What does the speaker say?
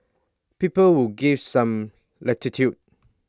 people will give some latitude